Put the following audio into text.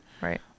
Right